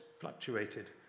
fluctuated